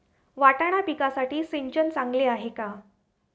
वाटाणा पिकासाठी सिंचन चांगले आहे का?